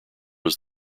was